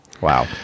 wow